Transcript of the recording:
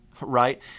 right